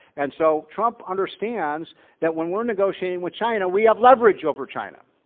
and so trump understands that when we're negotiating with china, we have leverage over china.